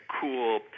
cool